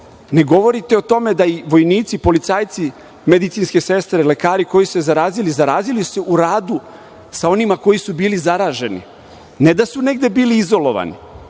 ne govorite o tome da su se vojnici, policajci, medicinske sestre, lekari, koji su se zarazili, zarazili u radu sa onima koji su bili su zaraženi, ne da su negde bili izolovani,